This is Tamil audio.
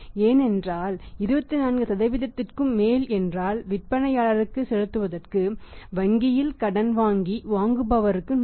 ஏனென்றால் 24 க்கும் மேல் என்றால் விற்பனையாளருக்கு செலுத்துவதற்கும் வங்கியில் கடன் வாங்கி வாங்குபவருக்கு நன்று